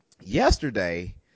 yesterday